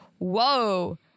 Whoa